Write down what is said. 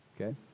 Okay